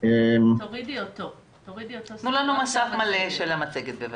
נתונים אתגרים ופתרונות.